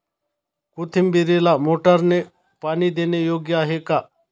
कोथिंबीरीला मोटारने पाणी देणे योग्य आहे का?